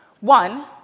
One